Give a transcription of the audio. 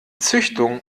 züchtung